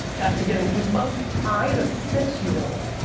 back to getting goosebumps. i, as a six year old,